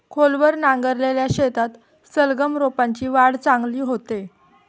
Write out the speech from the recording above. खोलवर नांगरलेल्या शेतात सलगम रोपांची वाढ चांगली होते